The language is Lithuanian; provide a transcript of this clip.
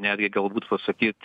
netgi galbūt pasakyt